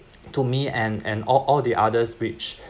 to me and and all all the others which